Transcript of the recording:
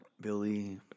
Billy